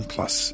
Plus